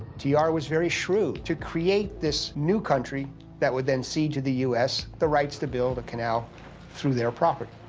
t r. was very shrewd to create this new country that would then cede to the u s. the rights to build a canal through their property.